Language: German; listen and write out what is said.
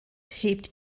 hebt